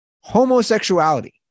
homosexuality